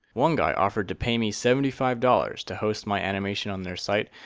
one guy offered to pay me seventy five dollars to host my animation on their site,